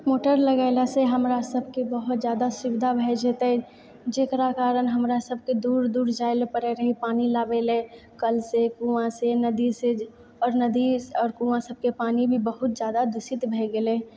motor लगेलासँ हमरासबके बहुत जादा सुविधा भए जेतै जेकरा कारण हमरा सबके दूर दूर जाएला पड़ै रहै पानि लाबैला कल से कुआँ से नदी से आओर नदी आओर कुआँ सबके पानि भी बहुत जादा दूषित भए गेलै